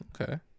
Okay